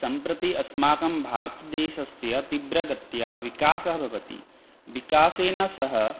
सम्प्रति अस्माकं भारतदेशस्य तीव्रगत्या विकासः भवति विकासेन सह